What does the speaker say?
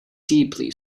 deeply